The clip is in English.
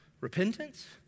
Repentance